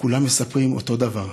כולם מספרים אותו דבר: